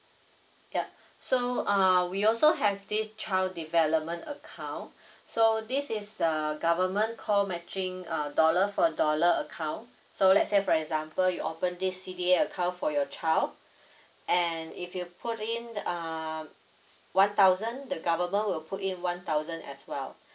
yup so uh we also have this child development account so this is a government co matching uh dollar for dollar account so let's say for example you open this C_D_A account for your child and if you put in um one thousand the government will put in one thousand as well